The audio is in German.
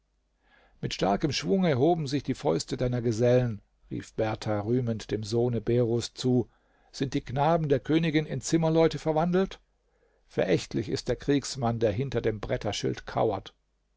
mit starkem schwunge hoben sich die fäuste deiner gesellen rief berthar rühmend dem sohne beros zu sind die knaben der königin in zimmerleute verwandelt verächtlich ist der kriegsmann der hinter dem bretterschild kauert